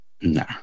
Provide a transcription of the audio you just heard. Nah